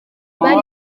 bafite